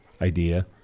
idea